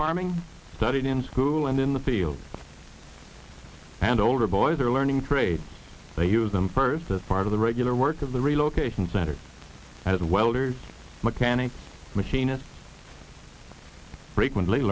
farming studied in school and in the field and older boys are learning trades they use them first as part of the regular work of the relocation center as welders mechanics machinists frequently